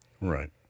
Right